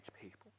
people